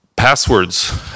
Passwords